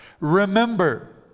Remember